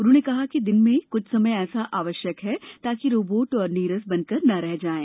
उन्होंने कहा कि दिन में कुछ समय ऐसा करना आवश्यक है ताकि रोबोट और नीरस बन कर न रह जाएं